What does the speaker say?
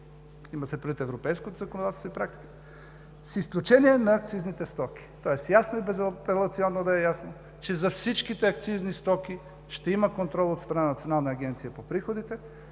има се предвид европейското законодателство и практика, с изключение на акцизните стоки. Тоест ясно и безапелационно да е ясно, че за всичките акцизни стоки ще има контрол от страна на Националната агенция по приходите.